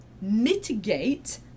mitigate